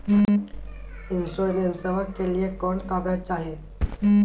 इंसोरेंसबा के लिए कौन कागज चाही?